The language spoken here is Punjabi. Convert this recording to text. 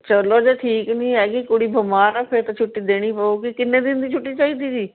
ਚਲੋ ਜੇ ਠੀਕ ਨਹੀਂ ਹੈ ਕੁੜੀ ਬਿਮਾਰ ਹੈ ਫਿਰ ਤਾਂ ਛੁੱਟੀ ਦੇਣੀ ਪਵੇਗੀ ਕਿੰਨੇ ਦਿਨ ਦੀ ਛੁੱਟੀ ਚਾਹੀਦੀ ਜੀ